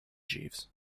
jeeves